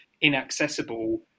inaccessible